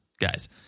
guys